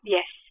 Yes